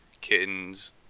kittens